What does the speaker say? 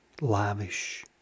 Lavish